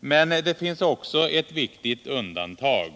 Men det finns också ett viktigt undantag.